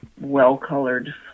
well-colored